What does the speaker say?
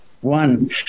One